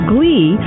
Glee